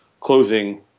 closing